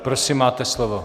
Prosím, máte slovo.